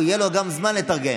יהיה לו גם זמן לתרגם.